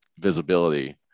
visibility